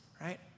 right